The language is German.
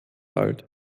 alt